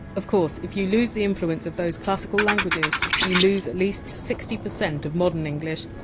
of course, if you lose the influence of those classical languages you lose at least sixty percent of modern english,